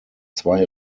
zwei